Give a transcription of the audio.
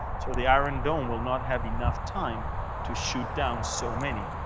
so the iron dome will not have enough time to shoot down so many.